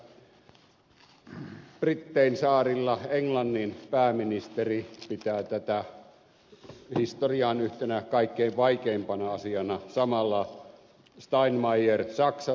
edelleen hän jatkoi että brittein saarilla englannin pääministeri pitää tätä historian yhtenä kaikkein vaikeimpana asiana samoin valtiovarainministeri steinbruck saksassa